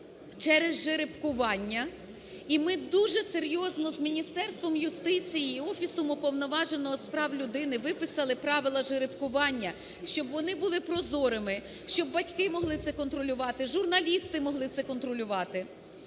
через жеребкування. І ми дуже серйозно з Міністерством юстиції і Офісом Уповноваженого з прав людини виписали правила жеребкування, щоб вони були прозорими, щоб батьки могли це контролювати, журналісти могли це контролювати.